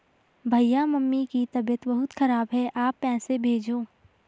भैया मम्मी की तबीयत बहुत खराब है आप पैसे भेजो